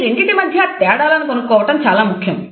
ఈ రెండిటి మధ్య తేడాలను కనుక్కోవటం చాలా ముఖ్యం